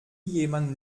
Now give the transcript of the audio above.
jemand